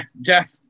Jeff